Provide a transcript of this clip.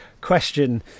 question